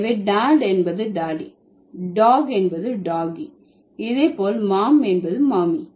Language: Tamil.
எனவே டாட் என்பது டாடி டாக் என்பது டாகீ இதேபோல் மாம் என்பது மாமி